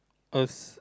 a